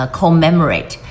commemorate